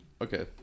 okay